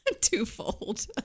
twofold